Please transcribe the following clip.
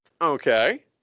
Okay